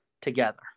together